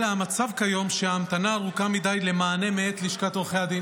אלא שהמצב כיום הוא שההמתנה ארוכה מדי למענה מאת לשכת עורכי הדין.